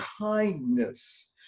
kindness